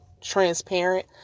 transparent